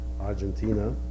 Argentina